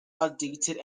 outdated